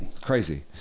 crazy